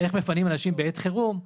איך מפנים אנשים בעת חירום.